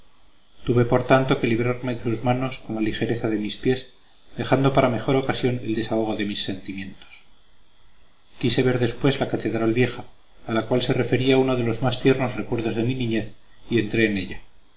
tuve por tanto que librarme de sus manos con la ligereza de mis pies dejando para mejor ocasión el desahogo de mis sentimientos quise ver después la catedral vieja a la cual se refería uno de los más tiernos recuerdos de mi niñez y entré en ella